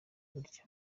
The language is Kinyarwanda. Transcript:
gutya